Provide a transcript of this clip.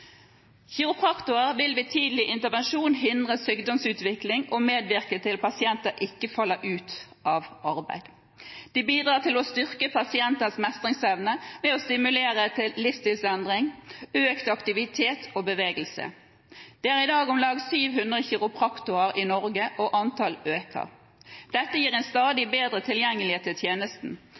vil ved tidlig intervensjon hindre sykdomsutvikling og medvirke til at pasienter ikke faller ut av arbeid. De bidrar til å styrke pasienters mestringsevne ved å stimulere til livsstilsendring, økt aktivitet og bevegelse. Det er i dag om lag 700 kiropraktorer i Norge, og antallet øker. Dette gir en stadig bedre tilgjengelighet til tjenesten.